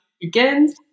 begins